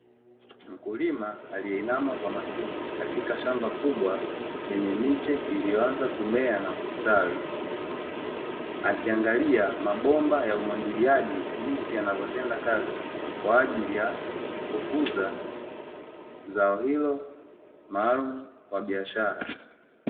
Mkulima aliyeinama kwa makini katika shamba kubwa lenye miche iliyoanza kumea na kustawi, akiangalia mabomba ya umwagiliaji jinsi yanavyotenda kazi kwa ajili ya kukuza zao hilo maalumu kwa biashara.